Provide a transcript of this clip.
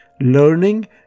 learning